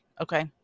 okay